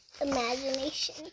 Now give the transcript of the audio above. imagination